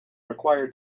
required